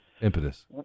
impetus